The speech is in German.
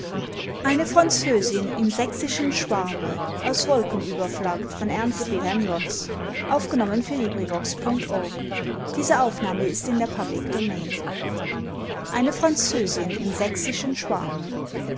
eine französin im sächsischen schwarme eine französin im sächsischen schwarme